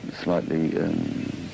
slightly